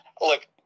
look